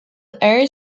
air